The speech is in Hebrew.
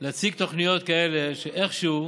להציג תוכניות כאלה שאיכשהו